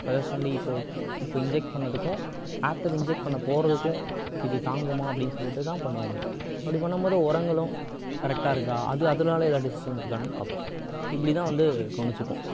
feathers வந்து இப்போது இப்போ இன்ஜெக்ட் பண்ணிணதுக்கும் ஆஃப்டர் இன்ஜெக்ட் பண்ண போகிறதுக்கும் இது தாங்குமா அப்படின்னு சொல்லிகிட்டுதான் பண்ணுவோமே அப்படி பண்ணும்போது ஒரங்களும் கரக்ட்டாக இருக்கா அது அதனால் ஏதாவது டிசீஸ் வந்துருக்கான்னு பார்ப்போம் இப்படிதான் வந்து கவனிச்சுப்போம்